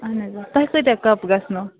اَہَن حظ آ تۄہہِ کۭتیٛاہ کَپ گژھنو